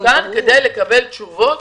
לקבל תשובות